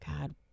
God